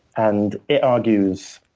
and it argues,